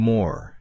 More